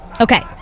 Okay